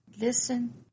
listen